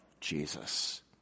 Jesus